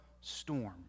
storm